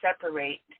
separate